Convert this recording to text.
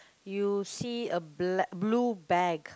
you see a black blue bag